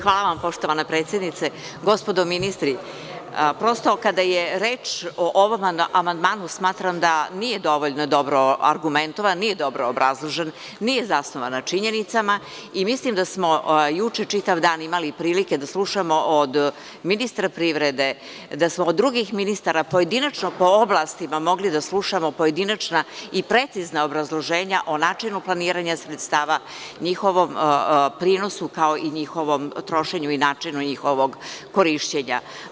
Hvala vam poštovana predsednice, gospodo ministri, prosto kada je reč o ovom amandmanu, smatram da nije dovoljno dobro argumentovan, nije dobro obrazložen, nije zasnovan na činjenicama i mislim da smo juče čitav dan imali prilike da slušamo od ministra privrede, da smo od drugih ministara pojedinačno po oblastima, mogli da slušamo pojedinačna i precizna obrazloženja o načinu planiranju sredstava, njihovom prinosu, kao i njihovom trošenju i načinu njihovog korišćenja.